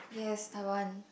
yes I want